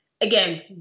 Again